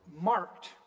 marked